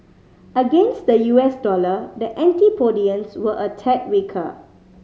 against the U S dollar the antipodeans were a tad weaker